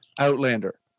Outlander